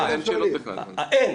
אין.